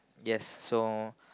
yes so